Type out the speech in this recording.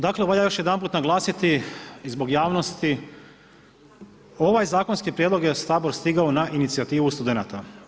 Dakle valja još jedanput naglasiti i zbog javnosti, ovaj zakonski prijedlog je u Sabor stigao na inicijativu studenata.